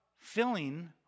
filling